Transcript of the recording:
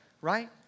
Right